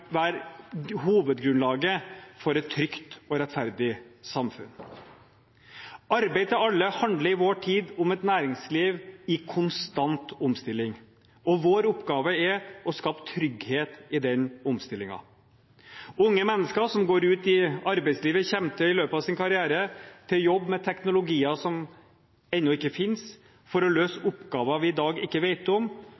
være hovedgrunnlaget for et trygt og rettferdig samfunn. Arbeid til alle handler i vår tid om et næringsliv i konstant omstilling, og vår oppgave er å skape trygghet i den omstillingen. Unge mennesker som går ut i arbeidslivet, kommer i løpet av sin karriere til å jobbe med teknologier som ennå ikke finnes, for å løse